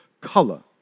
color